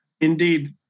Indeed